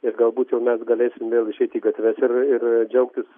ir galbūt jau mes galėsim vėl išeit į gatves ir ir džiaugtis